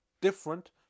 different